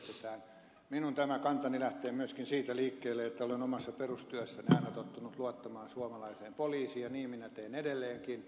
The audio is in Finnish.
tämä minun kantani lähtee myöskin siitä liikkeelle että olen omassa perustyössäni aina tottunut luottamaan suomalaiseen poliisiin ja niin minä teen edelleenkin